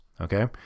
Okay